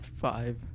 Five